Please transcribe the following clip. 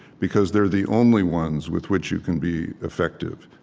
because they're the only ones with which you can be effective.